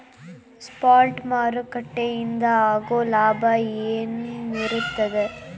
Spot ಮಾರುಕಟ್ಟೆಯಿಂದ ಆಗೋ ಲಾಭ ಏನಿರತ್ತ?